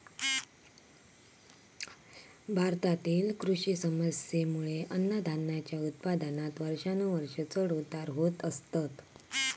भारतातील कृषी समस्येंमुळे अन्नधान्याच्या उत्पादनात वर्षानुवर्षा चढ उतार होत असतत